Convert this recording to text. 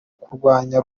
kurwanya